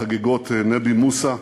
בחגיגות נבי מוסא,